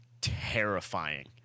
terrifying